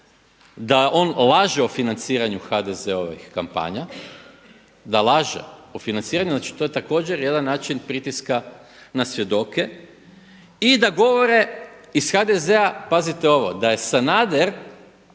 je on lažao o financiranju HDZ-ovih kampanja, da laže o financiranju. Znači, to je također jedan način pritiska na svjedoke i da govore iz HDZ-a pazite ovo da je Sanader